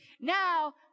Now